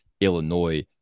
Illinois –